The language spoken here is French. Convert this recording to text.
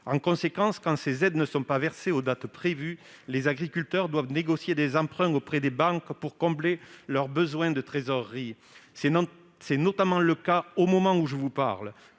Par conséquent, quand ces aides ne sont pas versées à la date prévue, les agriculteurs doivent négocier des emprunts auprès des banques pour combler leur besoin de trésorerie. C'est justement le cas au moment où je parle,